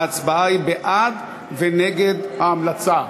ההצבעה היא בעד ונגד ההמלצה.